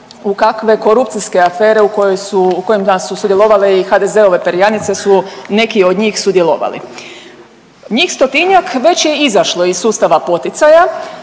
u kakve korupcijske afere u kojoj su, u kojima su sudjelovale i HDZ-ove perjanice su neki od njih sudjelovali. Njih stotinjak već je izašlo iz sustava poticaja,